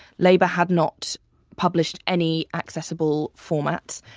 labour had not published any accessible formats.